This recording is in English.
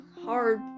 hard